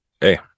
Hey